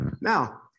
Now